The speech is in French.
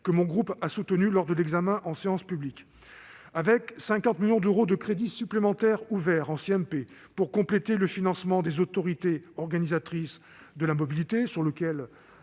que le groupe RDPI a soutenue lors de l'examen en séance publique. Avec 50 millions d'euros de crédits supplémentaires ouverts en CMP pour compléter le financement des autorités organisatrices de la mobilité, un sujet